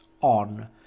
on